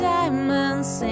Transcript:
diamonds